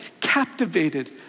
captivated